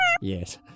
Yes